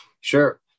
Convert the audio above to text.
Sure